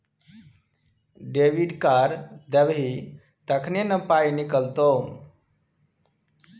debit card देबही तखने न पाइ निकलतौ